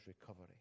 recovery